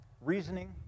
reasoning